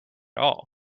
all